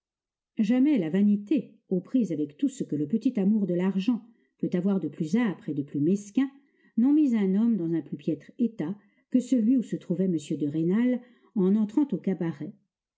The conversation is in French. jamais la vanité aux prises avec tout ce que le petit amour de l'argent peut avoir de plus âpre et de plus mesquin n'ont mis un homme dans un plus piètre état que celui où se trouvait m de rênal en entrant au cabaret